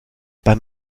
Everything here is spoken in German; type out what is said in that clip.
beim